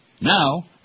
Now